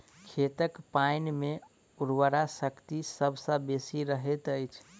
खेतक पाइन मे उर्वरा शक्ति सभ सॅ बेसी रहैत अछि